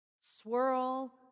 Swirl